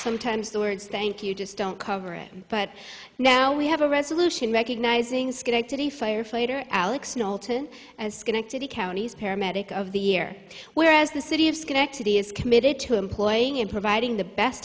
sometimes the words thank you just don't cover it but now we have a resolution recognizing schenectady firefighter alex milton and schenectady county's paramedic of the year whereas the city of schenectady is committed to employing in providing the best